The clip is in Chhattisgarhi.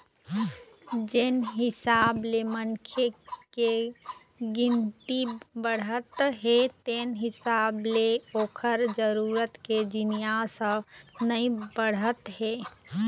जेन हिसाब ले मनखे के गिनती बाढ़त हे तेन हिसाब ले ओखर जरूरत के जिनिस ह नइ बाढ़त हे